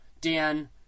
dan